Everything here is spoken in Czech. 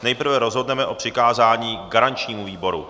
Nejprve rozhodneme o přikázání garančnímu výboru.